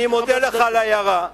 אני מודה לך על ההערה.